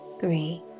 three